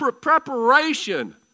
preparation